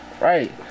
Right